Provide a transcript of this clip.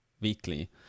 weekly